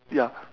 ya